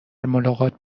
ملاقات